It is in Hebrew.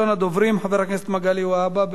הצעות לסדר-היום מס' 8723,